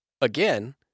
again